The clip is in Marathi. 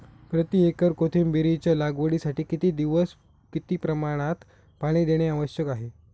प्रति एकर कोथिंबिरीच्या लागवडीसाठी किती दिवस किती प्रमाणात पाणी देणे आवश्यक आहे?